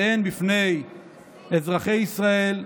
והן בפני אזרחי ישראל,